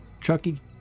Chucky